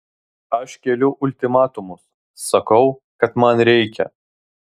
aš keliu ultimatumus sakau kad man reikia